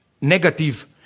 negative